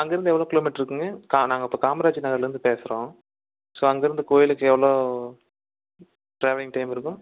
அங்கிருந்து எவ்வளோ கிலோ மீட்டரிருக்குங்க கா நாங்கள் இப்போ காமராஜ் நகர்லேருந்து பேசுகிறோம் ஸோ அங்கிருந்து கோயிலுக்கு எவ்வளோ ட்ராவலிங் டைம் இருக்கும்